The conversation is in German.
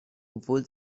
obwohl